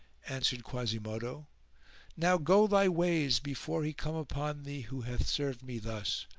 answered quasimodo now go thy ways before he come upon thee who hath served me thus.